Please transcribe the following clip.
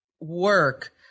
work